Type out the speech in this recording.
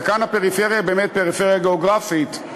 וכאן הפריפריה היא באמת פריפריה גיאוגרפית,